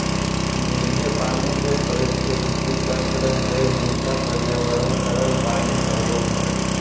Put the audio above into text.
मीठे पानी के पारिस्थितिकी तंत्र हइ जिनका पर्यावरण तरल पानी होबो हइ